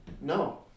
No